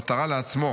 מטרה לעצמו.